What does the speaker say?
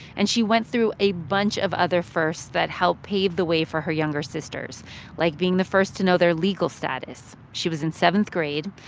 and she went through a bunch of other firsts that helped pave the way for her younger sisters like being the first to know their legal status. she was in seventh grade,